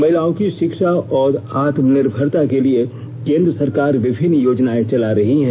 महिलाओं की शिक्षा और आत्मनिर्मरता के लिए केंद्र सरकार विभिन्न योजनाएं चला रही है